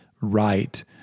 right